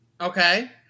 Okay